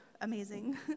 amazing